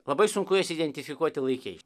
labai sunku juos identifikuoti laike